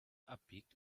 abbiegt